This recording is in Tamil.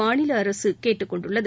மாநில அரசு கேட்டுக்கொண்டுள்ளது